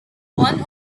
one